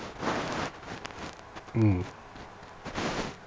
mm